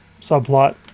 subplot